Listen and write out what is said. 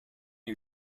you